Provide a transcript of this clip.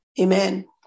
Amen